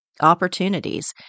opportunities